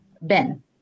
Ben